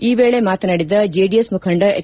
ಈ ವೇಳೆ ಮಾತನಾಡಿದ ಜೆಡಿಎಸ್ ಮುಖಂಡ ಎಚ್